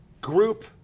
group